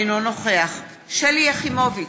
אינו נוכח שלי יחימוביץ,